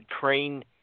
train